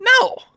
No